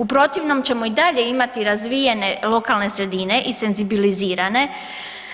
U protivnom ćemo i dalje imati razvijene lokalne sredine i senzibilizirane